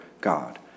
God